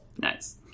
Nice